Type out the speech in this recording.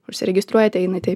užsiregistruojate einate